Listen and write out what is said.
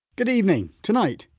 good evening. tonight,